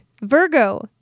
Virgo